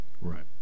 Right